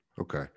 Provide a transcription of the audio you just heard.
Okay